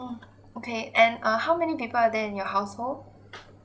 okay and uh how many people are there in your household